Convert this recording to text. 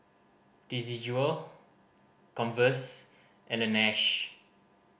Desigual Converse and Laneige